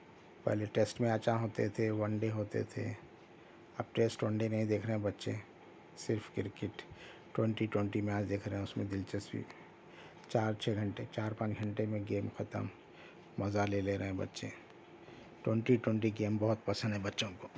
پہلے ٹیسٹ میں اچھا ہوتے تھے ون ڈے ہوتے تھے اب ٹیسٹ ون ڈے نہیں دیکھ رہے بچے صرف کرکٹ ٹونٹی ٹونٹی میچ دیکھ رہے اس میں دلچسپی چار چھ گھنٹے چار پانچ گھنٹے میں گیم ختم مزہ لے لے رہے بچے ٹونٹی ٹونٹی گیم بہت پسند ہے بچوں کو